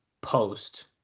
Post